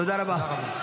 תודה רבה.